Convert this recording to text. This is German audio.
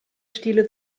stile